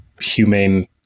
humane